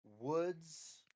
woods